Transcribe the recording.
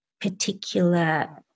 particular